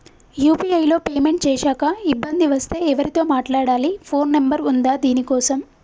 UPI లో payment చేశాక ఇబ్బంది వస్తే ఎవరితో మాట్లాడాలి? ఫోన్ నంబర్ ఉందా దీనికోసం?